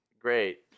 great